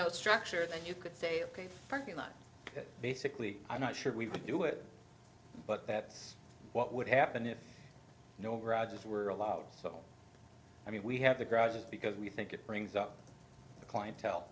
no structure and you could say ok parking lot basically i'm not sure we would do it but that's what would happen if no routers were allowed so i mean we have the crisis because we think it brings up the clientele